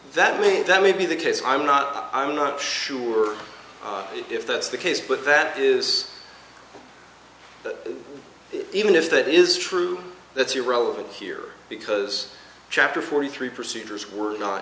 that way that would be the case i'm not i'm not sure if that's the case but that is that even if that is true that's irrelevant here because chapter forty three procedures were not